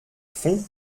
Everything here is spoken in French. fond